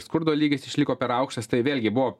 skurdo lygis išliko per aukštas tai vėlgi buvo